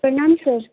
प्रणाम सर